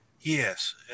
yes